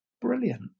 Brilliant